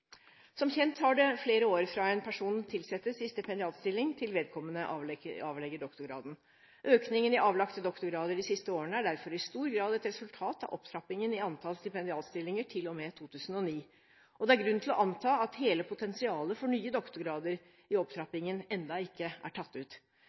Som kjent tar det flere år fra en person tilsettes i stipendiatstilling, til vedkommende avlegger doktorgraden. Økningen i avlagte doktorgrader de siste årene er derfor i stor grad et resultat av opptrappingen i antall stipendiatstillinger til og med 2009, og det er grunn til å anta at hele potensialet for nye doktorgrader i